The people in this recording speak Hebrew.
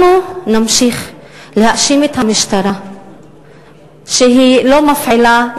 אנחנו נמשיך להאשים את המשטרה שהיא לא מפעילה,